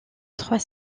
trois